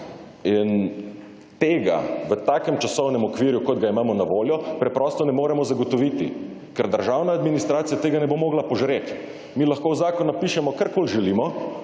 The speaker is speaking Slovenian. in tega v takem časovnem okviru kot ga imamo na voljo, preprosto ne moremo zagotoviti, ker državna administracija tega ne bo mogla požreti. Mi lahko v zakon napišemo karkoli želimo,